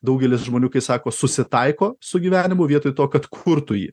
daugelis žmonių kai sako susitaiko su gyvenimu vietoj to kad kurtų jį